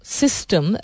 system